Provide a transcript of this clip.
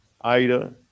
Ida